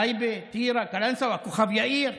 טייבה, טירה, קלנסווה, כוכב יאיר,